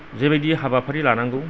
जेबायदि हाबाफारि लानांगौ